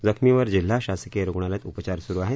जखमींवर जिल्हा शासकीय रुग्णालयात उपचार सुरु आहेत